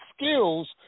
skills